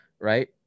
right